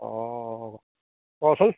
অ কচোন